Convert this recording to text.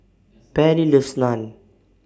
Pairlee loves Naan